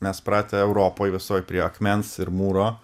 mes pratę europoj visoj prie akmens ir mūro